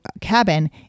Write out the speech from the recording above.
cabin